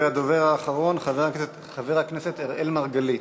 הדובר האחרון, חבר הכנסת אראל מרגלית.